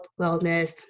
wellness